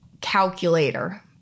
calculator